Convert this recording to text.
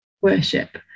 worship